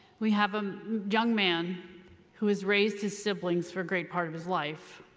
we have a young man who has raised his siblings for a great part of his life.